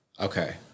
Okay